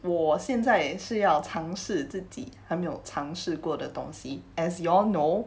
我现在是要尝试自己还没有尝试过的东西 as you all know